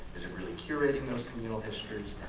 is it really curating those communal histories